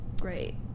great